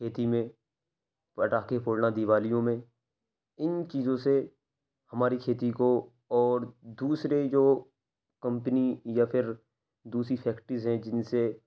کھیتی میں پٹاخے پھوڑنا دیوالیوں میں ان چیزوں سے ہماری کھیتی کو اور دوسرے جو کمپنی یا پھر دوسری فیکٹریز ہیں جن سے